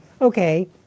okay